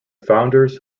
founders